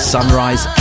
Sunrise